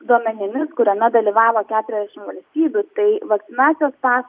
duomenimis kuriame dalyvavo keturiasdešimt valstybių tai vakcinacijos paso